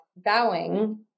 vowing